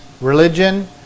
religion